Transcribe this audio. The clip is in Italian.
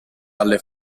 alle